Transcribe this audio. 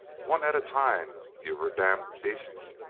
one at a time, you verdammt beasts.